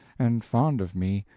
and fond of me,